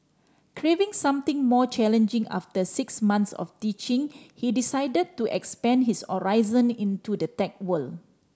craving something more challenging after six months of teaching he decided to expand his horizon into the tech world